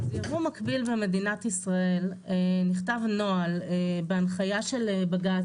יבוא מקביל במדינת ישראל נכתב נוהל בהנחייה של בג"ץ,